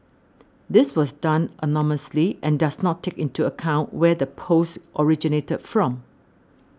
this was done anonymously and does not take into account where the post originated from